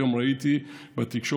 היום ראיתי בתקשורת